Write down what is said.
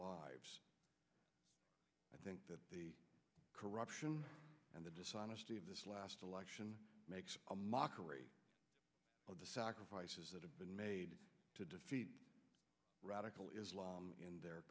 lives i think that the corruption and the dishonesty of this last election makes a mockery of the sacrifices that have been made to defeat radical islam in their